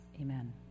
Amen